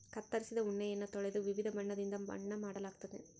ಕತ್ತರಿಸಿದ ಉಣ್ಣೆಯನ್ನ ತೊಳೆದು ವಿವಿಧ ಬಣ್ಣದಿಂದ ಬಣ್ಣ ಮಾಡಲಾಗ್ತತೆ